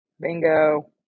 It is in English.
bingo